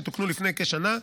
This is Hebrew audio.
שתוקנו לפני כשנה,